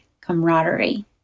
camaraderie